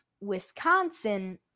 Wisconsin